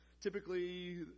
Typically